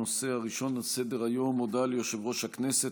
הנושא הראשון על סדר-היום: הודעה ליושב-ראש הכנסת